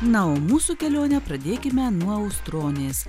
na o mūsų kelionę pradėkime nuo ustronės